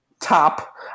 Top